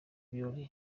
ibirori